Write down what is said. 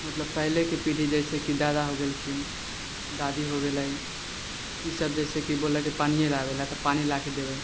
मतलब पहिलेके पीढ़ी जैसेकि दादा हो गेलखिन दादी हो गेलैन ई सभ जैसे कि बोललक कि पानिये लावै लअ तऽ पानि ला के देबै